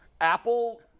Apple